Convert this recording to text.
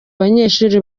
abanyeshuri